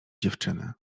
dziewczyny